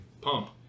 pump